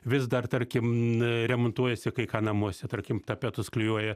vis dar tarkim remontuojasi kai ką namuose tarkim tapetus klijuoja